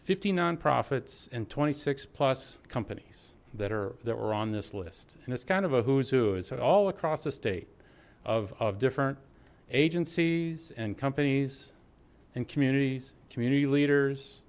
fifty nonprofits and twenty six plus companies that are that are on this list and it's kind of a who's who is that all across the state of different agencies and companies and communities community leaders